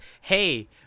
hey